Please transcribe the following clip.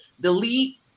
delete